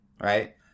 right